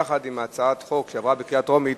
יחד עם הצעת חוק שעברה בקריאה טרומית,